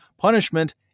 Punishment